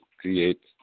create